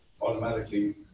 automatically